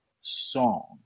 song